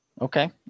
Okay